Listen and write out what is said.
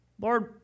Lord